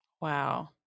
Wow